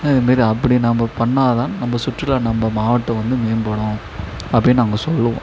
இதுமாரி அப்படி நம்ப பண்ணிணாதான் நம்ப சுற்றுலா நம்ப மாவட்டம் வந்து மேம்படும் அப்படின்னு நாங்கள் சொல்லுவோம்